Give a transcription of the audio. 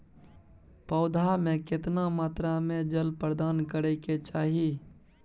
पौधा में केतना मात्रा में जल प्रदान करै के चाही?